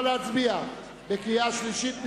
נא להצביע בקריאה שלישית.